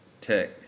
Tech